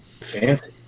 Fancy